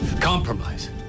Compromise